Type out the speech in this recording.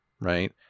right